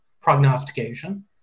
prognostication